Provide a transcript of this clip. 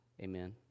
Amen